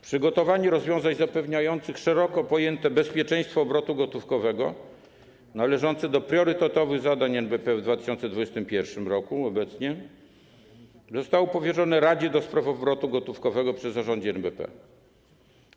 Przygotowanie rozwiązań zapewniających szeroko pojęte bezpieczeństwo obrotu gotówkowego, należące do priorytetowych zadań NBP, w 2021 r., obecnie zostało powierzone Radzie do spraw obrotu gotówkowego przy Zarządzie NBP.